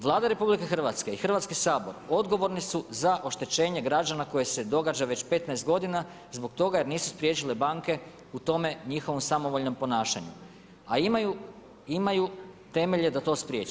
Vlada RH i Hrvatski sabor odgovorni su za oštećenje građana koje se događa već 15 godina zbog toga jer nisu spriječile banke u tome njihovom samovoljnom ponašanju, a imaju temelje da to spriječe.